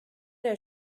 der